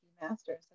masters